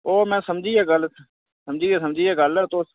ओह् में समझी गेआ गल्ल समझी गेआ समझी गेआ गल्ल तुस